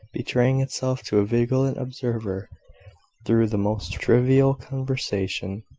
betraying itself to a vigilant observer through the most trivial conversation,